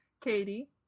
Katie